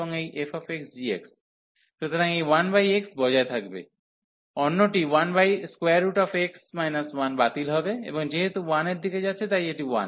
এবং এই fxgx সুতরাং এই 1x বজায় থাকবে অন্যটি 1x 1 বাতিল হবে এবং যেহেতু 1 এর দিকে যাচ্ছে তাই এটি 1